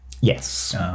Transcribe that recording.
Yes